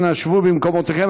אנא שבו במקומותיכם.